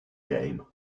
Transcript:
game